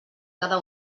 cada